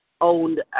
owned